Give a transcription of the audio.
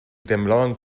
temblaban